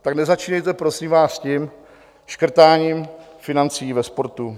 Tak nezačínejte prosím vás škrtáním financí ve sportu.